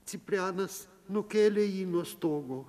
ciprianas nukėlė jį nuo stogo